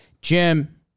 Jim